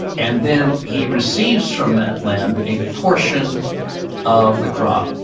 and then he receives from that land a portion of the crop.